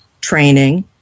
training